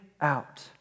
out